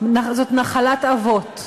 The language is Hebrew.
נחלת אבות.